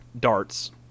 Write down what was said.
darts